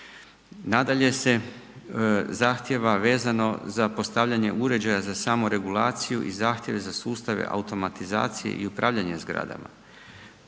Nadalje se zahtjeva vezano za postavljanje uređaja za samoregulaciju i zahtjeve za sustave automatizacije i upravljanje zgradama.